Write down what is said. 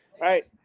Right